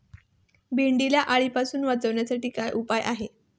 भेंडीला अळीपासून वाचवण्यासाठी काय उपाय आहे?